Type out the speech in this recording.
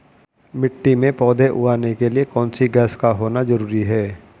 मिट्टी में पौधे उगाने के लिए कौन सी गैस का होना जरूरी है?